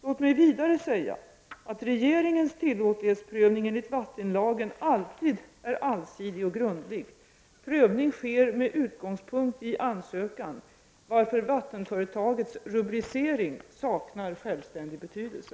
Låt mig vidare säga att regeringens tillåtlighetsprövning enligt vattenlagen alltid är allsidig och grundlig. Prövningen sker med utgångspunkt i ansökan, varför vattenföretagets rubricering saknar självständig betydelse.